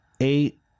eight